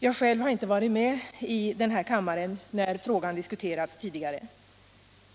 Jag själv var inte med i den här kammaren när frågan diskuterades tidigare,